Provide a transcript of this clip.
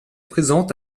présente